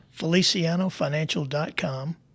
FelicianoFinancial.com